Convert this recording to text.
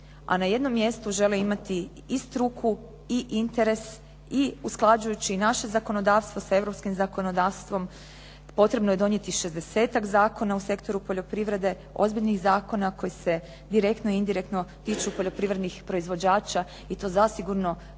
a na jednom mjestu žele imati i struku i interes i usklađujući naše zakonodavstvo sa europskim zakonodavstvom. Potrebno je donijeti 60-ak zakona u sektoru poljoprivrede, ozbiljnih zakona koji se direktno i indirektno tiču poljoprivrednih proizvođača i to zasigurno